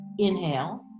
inhale